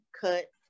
cut